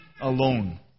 alone